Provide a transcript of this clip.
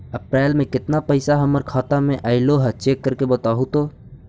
अप्रैल में केतना पैसा हमर खाता पर अएलो है चेक कर के बताहू तो?